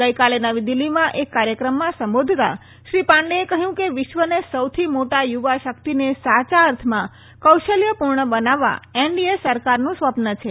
ગઈકાલે નવી દિલ્હીમાં એક કાર્યક્રમમાં સંબોધતા શ્રી પાંડેએ કહ્યું કે વિશ્વને સૌથી મોટા યુવા શકિતને સાચા અર્થમાં કૌશલ્યપુર્ણ બનાવવા એનડીએ સરકારનું સ્વપ્ર છે